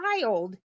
child